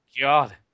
God